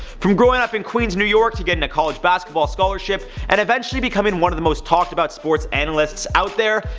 from growing up in queens, new york, to getting a college basketball scholarship, and eventually becoming one of the most talked about sports analysts out there,